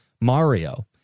Mario